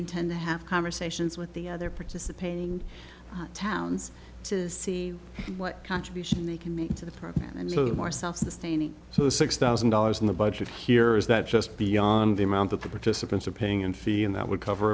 intend to have conversations with the other participating towns to see what contribution they can make to the program and more self sustaining so the six thousand dollars in the budget here is that just beyond the amount that the participants are paying and fee and that would cover